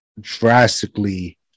drastically